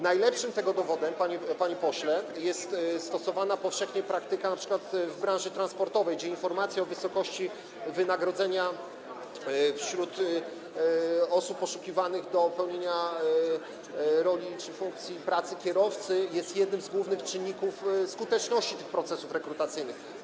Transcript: Najlepszym tego dowodem, panie pośle, jest praktyka stosowana powszechnie np. w branży transportowej, gdzie informacja o wysokości wynagrodzenia osób poszukiwanych do pełnienia roli czy funkcji, tj. pracy kierowcy, jest jednym z głównych czynników skuteczności procesów rekrutacyjnych.